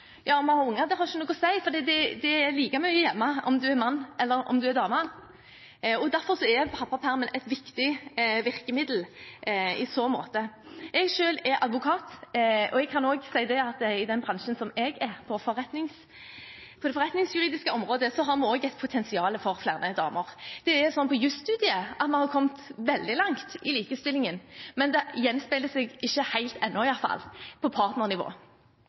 har unger, har ikke noe å si, for man er like mye hjemme om man er mann eller dame, og derfor er pappapermen et viktig virkemiddel i så måte. Jeg er selv advokat, og jeg kan si at i den bransjen som jeg er, på det forretningsjuridiske området, har vi også et potensial for flere damer. På jusstudiet har man kommet veldig langt i likestillingen, men det gjenspeiler seg ikke helt ennå iallfall på partnernivå.